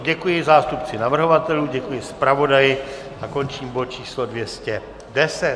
Děkuji zástupci navrhovatelů, děkuji zpravodaji a končím bod č. 210.